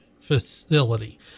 Facility